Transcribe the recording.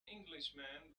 englishman